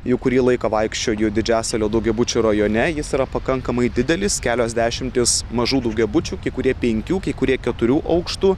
jau kurį laiką vaikščioju didžiasalio daugiabučių rajone jis yra pakankamai didelis kelios dešimtys mažų daugiabučių kai kurie penkių kai kurie keturių aukštų